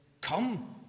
come